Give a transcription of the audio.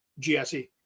GSE